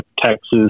Texas